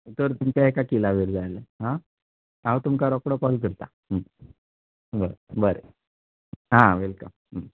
तर तुमचे एका किलाचे जाले आं हांव तुमका रोकडो कॉल करतां बरें बरें हां वेलकम